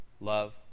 Love